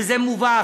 וזה מובא,